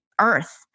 earth